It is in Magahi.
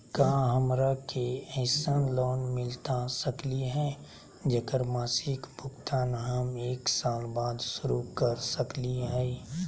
का हमरा के ऐसन लोन मिलता सकली है, जेकर मासिक भुगतान हम एक साल बाद शुरू कर सकली हई?